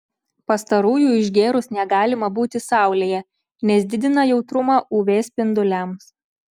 pastarųjų išgėrus negalima būti saulėje nes didina jautrumą uv spinduliams